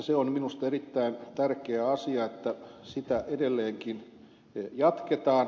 se on minusta erittäin tärkeä asia että sitä edelleenkin jatketaan